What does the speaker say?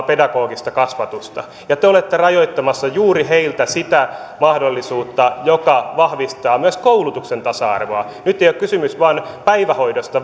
pedagogista kasvatusta ja te olette rajoittamassa juuri heiltä sitä mahdollisuutta joka vahvistaa myös koulutuksen tasa arvoa nyt ei ole kysymys vain päivähoidosta